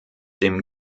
dem